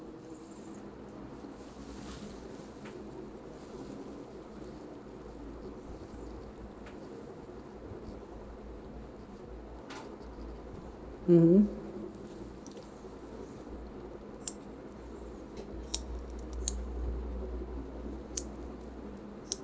mmhmm